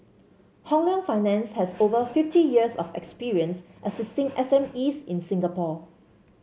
Hong Leong Finance has over fifty years of experience assisting SMEs in Singapore